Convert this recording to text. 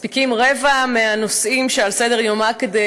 מספיקים רבע מהנושאים שעל סדר-יומה כדי